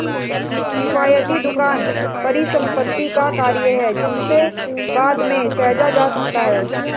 किफ़ायती दुकान परिसंपत्ति का कार्य है जिसे बाद में सहेजा जा सकता है